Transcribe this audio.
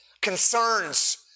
concerns